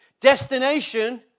Destination